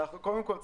קודם כל,